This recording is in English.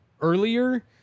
earlier